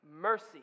mercy